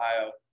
Ohio